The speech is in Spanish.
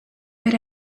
era